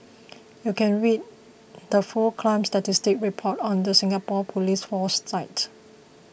you can read the full crime statistics report on the Singapore police force site